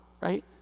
Right